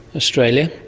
australia,